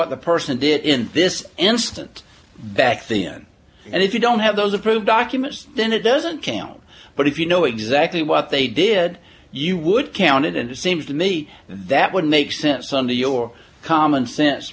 what the person did in this instant back then and if you don't have those approved documents then it doesn't count but if you know exactly what they did you would counted and it seems to me that would make sense on the your common sense